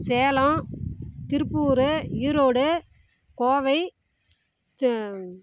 Salem Tiruppur Erode Kovai